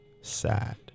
sad